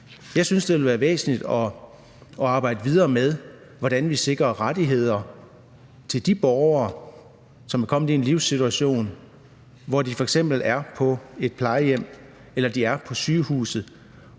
Jeg synes, det er væsentligt at arbejde videre med, hvordan vi sikrer rettigheder til de borgere, som er kommet i en livssituation, hvor de f.eks. er på et plejehjem eller på et